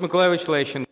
Миколайович Лещенко.